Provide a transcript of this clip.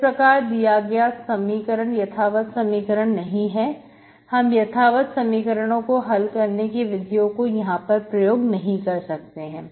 तो इस प्रकार दिया गया समीकरण यथावत समीकरण नहीं है हम यथार्थ समीकरणों को हल करने की विधियों को यहां पर प्रयोग नहीं कर सकते हैं